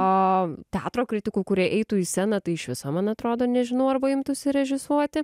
o teatro kritikų kurie eitų į sceną tai iš viso man atrodo nežinau arba imtųsi režisuoti